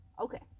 Okay